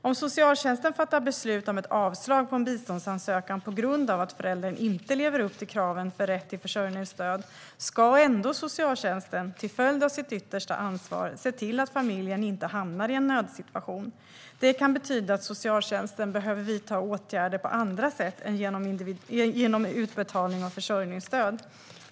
Om socialtjänsten fattar beslut om ett avslag på en biståndsansökan på grund av att föräldern inte levt upp till kraven för rätt till försörjningsstöd ska ändå socialtjänsten, till följd av sitt yttersta ansvar, se till att familjen inte hamnar i en nödsituation. Det kan betyda att socialtjänsten behöver vidta åtgärder på andra sätt än genom utbetalning av försörjningsstöd.